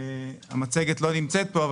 המצגת לא נמצאת פה,